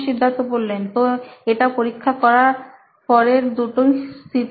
সিদ্ধার্থ তো এটা পরীক্ষা করার পরের দুটি স্থিতি